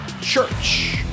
church